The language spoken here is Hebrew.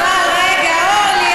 רגע, אורלי.